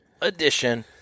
edition